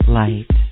light